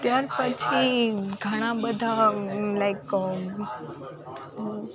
ત્યાર પછી ઘણા બધા લાઇક